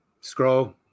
scroll